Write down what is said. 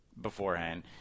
beforehand